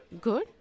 Good